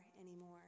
anymore